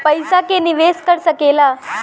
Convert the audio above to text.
पइसा के निवेस कर सकेला